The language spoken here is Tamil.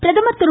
பிரதமர் திரு